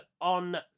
on